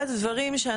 אחד הדברים,